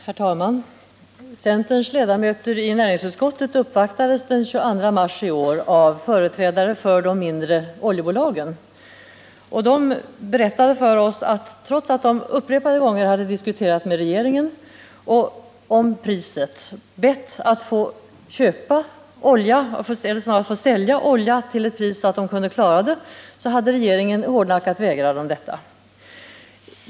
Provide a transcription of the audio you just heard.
Herr talman! Centerns ledamöter i näringsutskottet uppvaktades den 22 mars i år av företrädare för de mindre oljebolagen. De berättade för oss att trots att de upprepade gånger hade diskuterat oljepriset med regeringen och bett att få höja det så att de kunde klara importen, så hade regeringen hårdnackat vägrat dem detta.